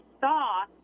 saw